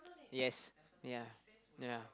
yes ya ya